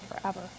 forever